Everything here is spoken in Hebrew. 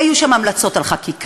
היו שם המלצות על חקיקה,